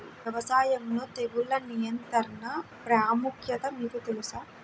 వ్యవసాయంలో తెగుళ్ల నియంత్రణ ప్రాముఖ్యత మీకు తెలుసా?